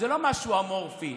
זה לא משהו אמורפי,